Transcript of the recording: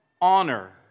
Honor